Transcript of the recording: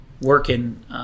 working